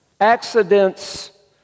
accidents